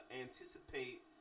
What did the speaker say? anticipate